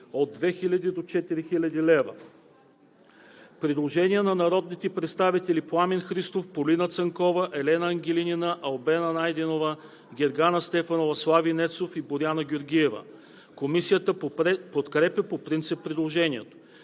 от 2000 до 4000 лв.“ Има предложение на народните представители Пламен Христов, Полина Цанкова, Елена Ангелинина, Албена Найденова, Гергана Стефанова, Слави Нецов, Боряна Георгиева. Комисията подкрепя по принцип предложението.